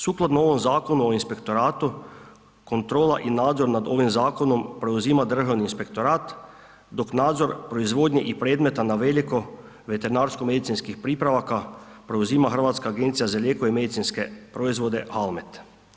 Sukladno ovom zakonu o inspektoratu, kontrolu i nadzor nad ovim preuzima Državni inspektora dok nadzor proizvodnje i predmeta na veliko veterinarsko-medicinskih pripravaka preuzima Hrvatska agencija za lijekove i medicinske proizvode, HALMED.